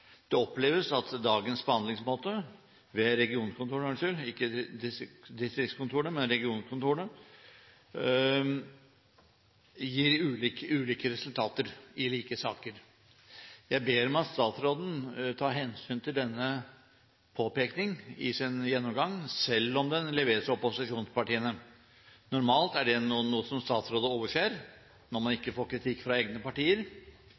Det oppleves at dagens behandlingsmåte gir ulike resultater i like saker. Jeg ber om at statsråden tar hensyn til denne påpekningen i sin gjennomgang, selv om den leveres av opposisjonspartiene. Normalt er det noe som statsråder overser, når man ikke får kritikk fra egne partier,